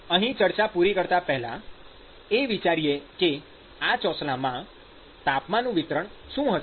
અહી ચર્ચા પૂરી કરતાં પેહલા એ વિચારીએ કે આ ચોસલામાં તાપમાનનું વિતરણ શું હશે